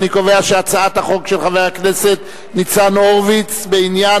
אני קובע שהצעת החוק של חבר הכנסת ניצן הורוביץ בעניין